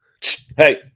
Hey